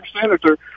senator